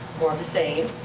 more of the same.